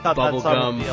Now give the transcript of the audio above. bubblegum